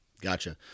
Gotcha